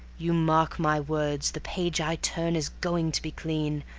you mark my words, the page i turn is going to be clean,